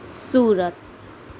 Surat